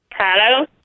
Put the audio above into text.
Hello